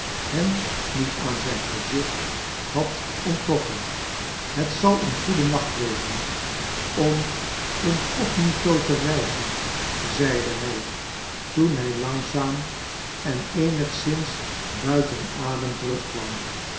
hen niet aan zijn gezicht had onttrokken het zal een goede nacht wezen om incognito te reizen zeide hij toen hij langzaam en eenigszins buiten adem terugkwam